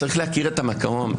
צריך להכיר את המקום.